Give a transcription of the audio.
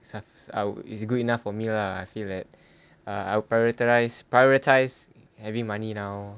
so it is good enough for me lah I feel that ah I will prioritize prioritize having money now